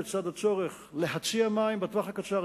בצד הצורך להציע מים בטווח הקצר,